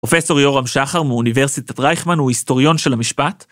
פרופסור יורם שחר מאוניברסיטת רייכמן הוא היסטוריון של המשפט.